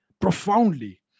profoundly